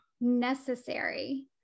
necessary